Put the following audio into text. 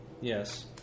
Yes